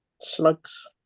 Slugs